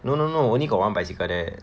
no no no only got one bicycle there